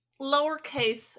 lowercase